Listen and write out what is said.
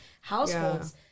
households